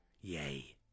Yay